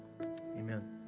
Amen